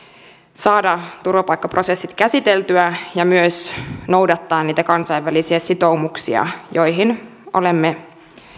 saada turvapaikkaprosessit käsiteltyä ja myös noudattaa niitä kansainvälisiä sitoumuksia joihin olemme